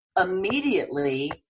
immediately